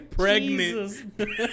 Pregnant